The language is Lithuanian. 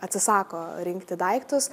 atsisako rinkti daiktus